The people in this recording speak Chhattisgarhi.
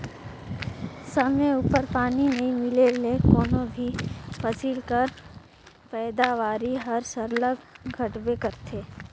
समे उपर पानी नी मिले ले कोनो भी फसिल कर पएदावारी हर सरलग घटबे करथे